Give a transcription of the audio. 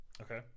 Okay